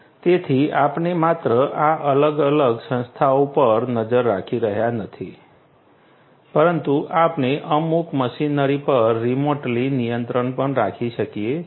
તેથી આપણેમાત્ર આ અલગ અલગ સંસ્થાઓ પર નજર રાખી રહ્યાં નથી પરંતુ આપણે અમુક મશીનરી પર રિમોટલી નિયંત્રણ પણ રાખી શકીએ છીએ